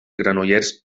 granollers